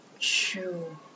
true